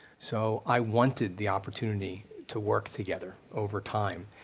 so i wanted the opportunity to work together over time,